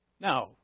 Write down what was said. Now